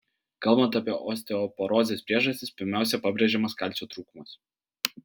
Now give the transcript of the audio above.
kalbant apie osteoporozės priežastis pirmiausia pabrėžiamas kalcio trūkumas